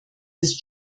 ist